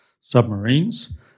submarines